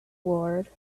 ward